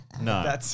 No